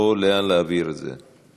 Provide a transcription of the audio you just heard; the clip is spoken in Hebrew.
או לאן להעביר את זה?